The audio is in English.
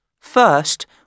First